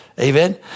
Amen